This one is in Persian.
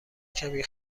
کمی